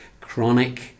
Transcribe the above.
chronic